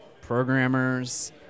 programmers